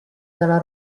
dalla